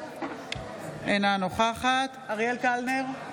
אינה נוכחת אריאל קלנר,